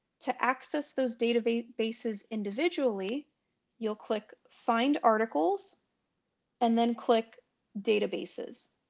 to access those databases individually you'll click find articles and then click databases